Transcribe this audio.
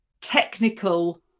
technical